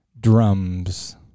Drums